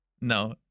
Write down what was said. No